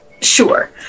sure